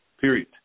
period